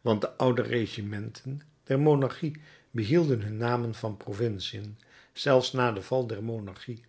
want de oude regimenten der monarchie behielden hun namen van provinciën zelfs na den val der monarchie